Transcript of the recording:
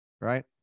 right